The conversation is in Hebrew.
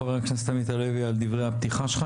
חבר הכנסת עמית הלוי על דברי הפתיחה שלך,